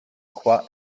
qua